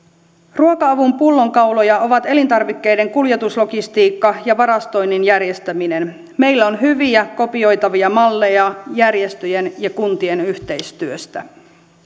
ruoka avun pullonkauloja ovat elintarvikkeiden kuljetuslogistiikka ja varastoinnin järjestäminen meillä on hyviä kopioitavia malleja järjestöjen ja kuntien yhteistyöstä